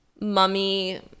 mummy